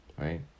right